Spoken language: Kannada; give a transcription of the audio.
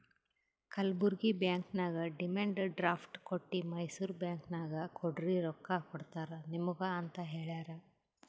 ಕಲ್ಬುರ್ಗಿ ಬ್ಯಾಂಕ್ ನಾಗ್ ಡಿಮಂಡ್ ಡ್ರಾಫ್ಟ್ ಕೊಟ್ಟಿ ಮೈಸೂರ್ ಬ್ಯಾಂಕ್ ನಾಗ್ ಕೊಡ್ರಿ ರೊಕ್ಕಾ ಕೊಡ್ತಾರ ನಿಮುಗ ಅಂತ್ ಹೇಳ್ಯಾರ್